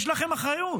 יש לכם אחריות.